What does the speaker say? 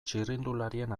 txirrindularien